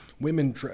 women